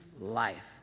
life